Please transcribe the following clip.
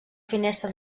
finestra